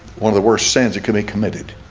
one of the worst sins it can be committed.